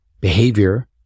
behavior